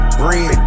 bread